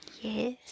Yes